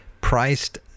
priced